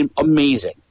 amazing